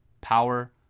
power